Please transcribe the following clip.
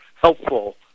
helpful